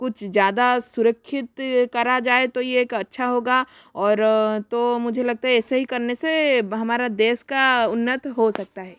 कुछ ज़्यादा सुरखित करा जाए तो यह एक अच्छा होगा और तो मुझे लगता ऐसे ही करने से हमारा देश का उन्नत हो सकता है